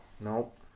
Nope